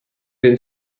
been